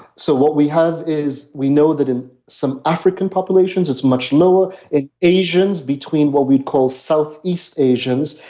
so what we have is, we know that in some african populations, it's much lower. in asians between what we'd call south east asians,